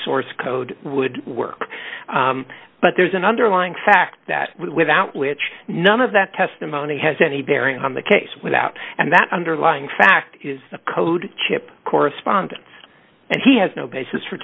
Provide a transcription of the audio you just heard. source code would work but there's an underlying fact that without which none of that testimony has any bearing on the case without and that underlying fact is the code chip correspondence and he has no basis for